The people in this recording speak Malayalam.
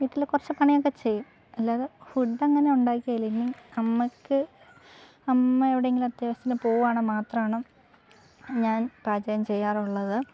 വീട്ടിൽ കുറച്ചു പണിയൊക്കെ ചെയ്യും അല്ലാതെ ഫുഡ് അങ്ങനെ ഉണ്ടാക്കുകേലെങ്കിലും അമ്മയ്ക്ക് അമ്മ എവിടെയെങ്കിലും അത്യാവശ്യത്തിന് പോവാണെങ്കിൽ മാത്രമാണ് ഞാൻ പാചകം ചെയ്യാറുള്ളത്